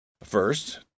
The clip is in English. First